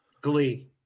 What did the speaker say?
glee